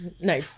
no